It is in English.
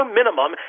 minimum